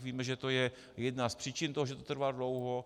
Víme, že to je jedna z příčin toho, že to trvá dlouho.